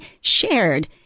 shared